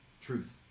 truth